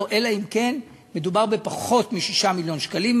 אלא אם כן מדובר בפחות מ-6 מיליוני ש"ח.